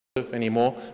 anymore